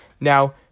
Now